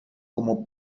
como